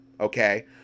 Okay